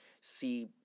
see